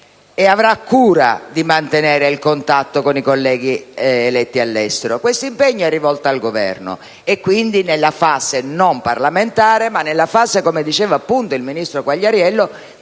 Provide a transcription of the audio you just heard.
e avrà cura di mantenere il contatto con i colleghi eletti all'estero. Questo impegno è rivolto al Governo e, quindi, nella fase non parlamentare, ma, come diceva il ministro Quagliariello,